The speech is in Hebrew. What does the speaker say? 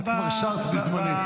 את כבר שרת בזמנך.